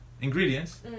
Ingredients